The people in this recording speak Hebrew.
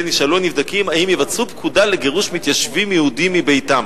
נשאלו הנבדקים אם יבצעו פקודה לגירוש מתיישבים יהודים מביתם.